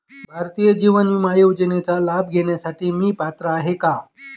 भारतीय जीवन विमा योजनेचा लाभ घेण्यासाठी मी पात्र आहे का?